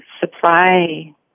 supply